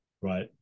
right